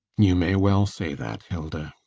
you may well say that, hilda.